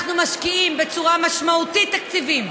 אנחנו משקיעים בצורה משמעותית תקציבים,